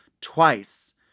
twice